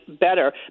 better